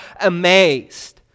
amazed